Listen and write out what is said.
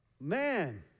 man